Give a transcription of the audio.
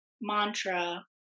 mantra